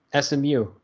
SMU